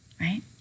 right